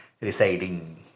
residing